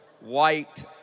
white